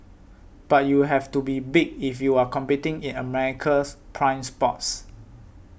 but you have to be big if you are competing in America's prime spots